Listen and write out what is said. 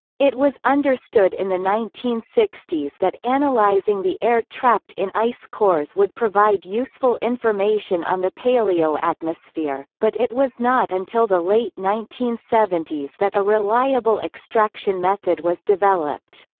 it was understood in the nineteen sixty s that analyzing the air trapped in ice cores would provide useful information on the paleoatmosphere, but it was not until the late nineteen seventy s that a reliable extraction method was developed.